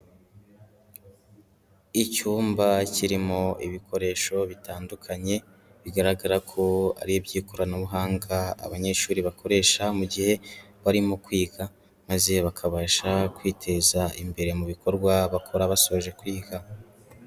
Icyumba kirimo ibikoresho bitandukanye bigaragara ko ari iby'ikoranabuhanga abanyeshuri bakoresha mu gihe, barimo kwiga maze bakabasha kwiteza imbere mu bikorwa bakora basoje kwiga.